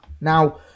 Now